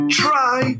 try